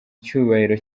cyubahiro